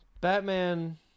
Batman